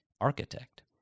architect